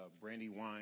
Brandywine